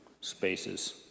spaces